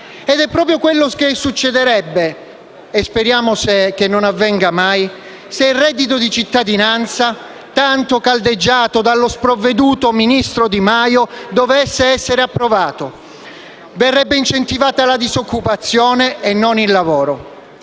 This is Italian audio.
Ed è proprio quello che succederebbe se (speriamo che non avvenga mai) il reddito di cittadinanza, tanto caldeggiato dallo sprovveduto ministro Di Maio, dovesse essere approvato: verrebbe incentivata la disoccupazione e non il lavoro.